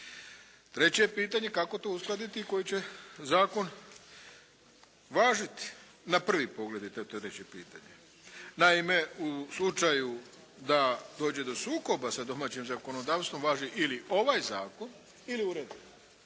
Treće je pitanje kako to uskladiti i koji će zakon važiti na prvi pogled to treće pitanje. Naime, u slučaju da dođe do sukoba sa domaćim zakonodavstvom važi ili ovaj zakon ili uredba